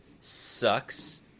sucks